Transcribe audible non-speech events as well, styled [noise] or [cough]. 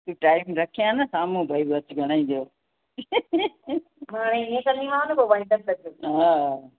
time रखे हा न साम्हूं भाई बसि घणो ई थियो हाणे इहो ई कंदीमांव [unintelligible]